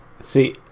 See